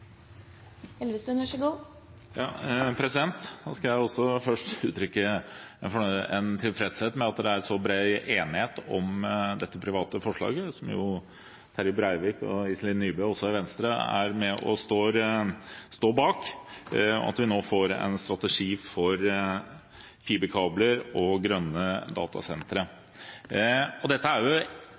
så bred enighet om dette private forslaget, som jo også representantene Terje Breivik og Iselin Nybø, begge fra Venstre, står bak, og at vi nå får en strategi for fiberkabler og grønne datasentre. Dette er